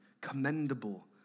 commendable